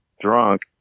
drunk